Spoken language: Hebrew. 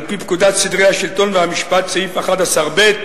על-פי פקודת סדרי השלטון והמשפט, סעיף 11ב,